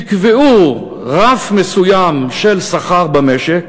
תקבעו רף מסוים של שכר במשק